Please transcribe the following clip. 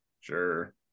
sure